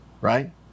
right